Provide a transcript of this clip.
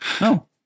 No